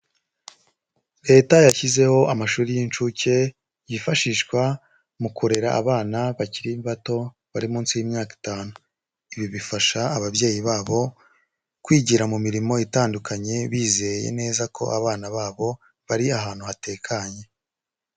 Leta yashyizeho amashuri y'inshuke, yifashishwa mu kurera abana bakiri bato bari munsi y'imyaka itanu, ibi bifasha ababyeyi babo kwigira mu mirimo itandukanye bizeye neza ko abana babo bari ahantu hatekanye.